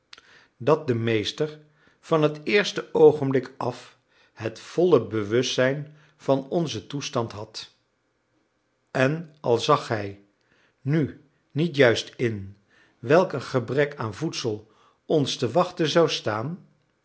dat de meester van het eerste oogenblik af het volle bewustzijn van onzen toestand had en al zag hij nu niet juist in welk een gebrek aan voedsel ons te wachten zou staan